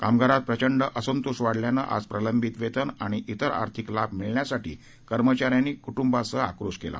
कामगारांत प्रचंड असंतोष वाढल्यानं आज प्रलंबित वेतन आणि त्रेर आर्थिक लाभ मिळण्यासाठी कर्मचाऱ्यांनी कूटुंबासह आक्रोश केला